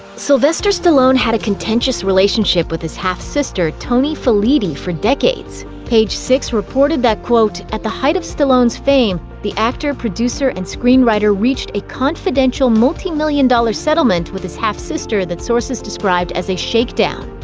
sylvester stallone had a contentious relationship with his half-sister toni filiti for decades. page six reported that, quote, at the height of stallone s fame, the actor, producer, and screenwriter reached a confidential multi-million dollar settlement with his half-sister that sources described as a shakedown.